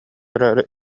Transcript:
эрээри